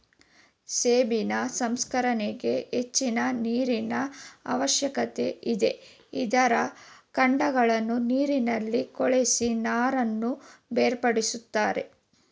ಸೆಣಬಿನ ಸಂಸ್ಕರಣೆಗೆ ಹೆಚ್ಚಿನ ನೀರಿನ ಅವಶ್ಯಕತೆ ಇದೆ, ಇದರ ಕಾಂಡಗಳನ್ನು ನೀರಿನಲ್ಲಿ ಕೊಳೆಸಿ ನಾರನ್ನು ಬೇರ್ಪಡಿಸುತ್ತಾರೆ